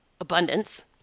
abundance